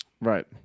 Right